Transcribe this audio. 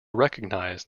recognize